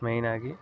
ಮೈನಾಗಿ